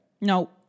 No